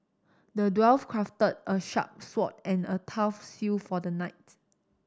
the dwarf crafted a sharp sword and a tough shield for the knight